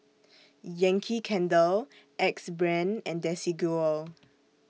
Yankee Candle Axe Brand and Desigual